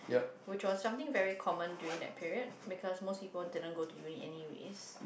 which was something very common during that period because most people didn't go into uni anyways